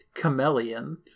Chameleon